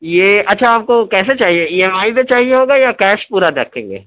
یہ اچّھا آپ کو کیسے چاہیے ای ایم آئی پہ چاہیے ہوگا یا کیش پورا دکھیں گے